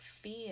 fear